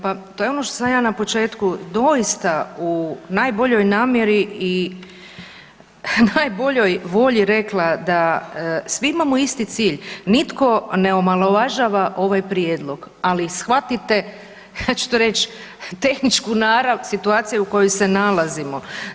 Pa to je ono što sam ja na početku doista u najboljoj namjeri i najboljoj volji rekla da svi imamo isti cilj, nitko ne omalovažava ovaj prijedlog, ali shvatite ja ću to reć, tehničku narav situacije u kojoj se nalazimo.